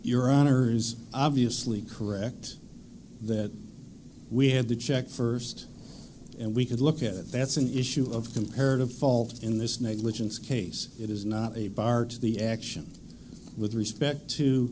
your honour's obviously correct that we have to check first and we could look at it that's an issue of comparative fault in this negligence case it is not a bar to the action with respect to